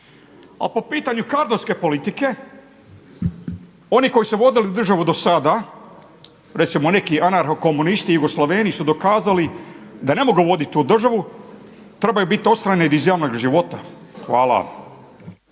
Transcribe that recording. A po pitanju kadrovske politike, oni koji su vodili državu do sada, recimo neki … komunisti jugoslaveni su dokazali da ne mogu voditi tu državu, trebaju biti odstranjeni iz javnog života. Hvala.